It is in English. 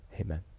amen